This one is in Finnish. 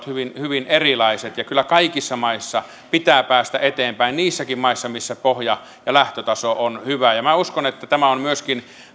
hyvin hyvin erilaiset ja kyllä kaikissa maissa pitää päästä eteenpäin niissäkin maissa missä pohja ja lähtötaso on hyvä minä uskon että tämä on myöskin